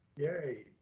yay.